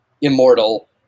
immortal